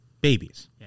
babies